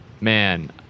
man